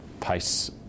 pace